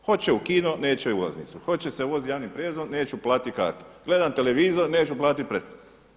Hoće u kino neće ulaznicu, hoće se voziti javnim prijevozom neću platiti kartu, gledam televizor neću platiti pretplatu.